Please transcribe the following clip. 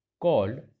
called